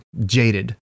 jaded